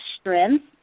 strength